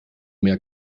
mehr